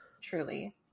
Truly